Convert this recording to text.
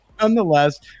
Nonetheless